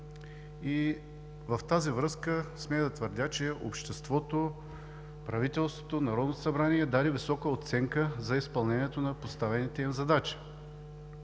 с това смея да твърдя, че обществото, правителството, Народното събрание даде висока оценка за изпълнението на поставените им задачи.